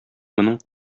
моның